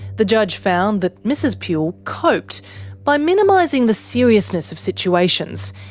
the judge found that mrs puhle coped by minimising the seriousness of situations,